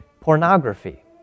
pornography